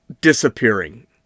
disappearing